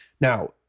Now